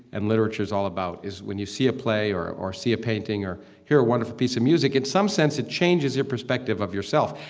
and literature is all about is when you see a play or or see a painting or hear a wonderful piece of music. in some sense, it changes your perspective of yourself.